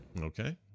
Okay